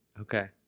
Okay